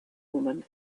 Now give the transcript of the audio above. woman